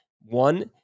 one